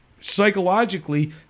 psychologically